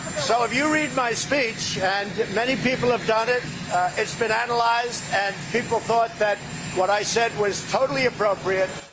so if you read my speech and many people have done it it's been analyzed, and people thought that what i said was totally appropriate.